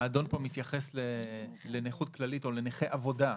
האדון פה מתייחס לנכות כללית או לנכה עבודה,